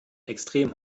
extrem